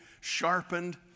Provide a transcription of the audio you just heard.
sharpened